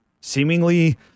seemingly